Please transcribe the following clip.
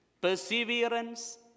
perseverance